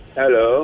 hello